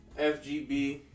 FGB